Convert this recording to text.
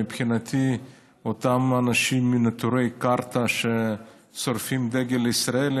מבחינתי אותם אנשים מנטורי קרתא ששורפים דגל ישראל,